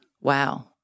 wow